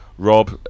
Rob